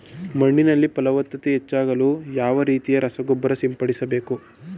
ಮಣ್ಣಿನಲ್ಲಿ ಫಲವತ್ತತೆ ಹೆಚ್ಚಾಗಲು ಯಾವ ರೀತಿಯ ರಸಗೊಬ್ಬರ ಸಿಂಪಡಿಸಬೇಕು?